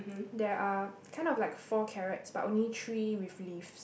there are kind of like four carrots but only three with leaves